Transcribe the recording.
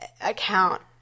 account